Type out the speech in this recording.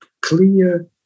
clear